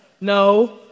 No